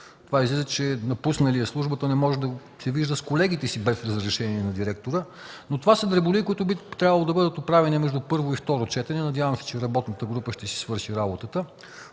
тях. Излиза, че напусналият службата не може да се вижда с колегите си без разрешение на директора, но това са дреболии, които би трябвало да бъдат оправени между първо и второ четене. Надявам се, че работната група ще си свърши работата.